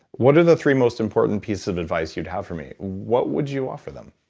what are the three most important pieces of advice you'd have for me? what would you offer them?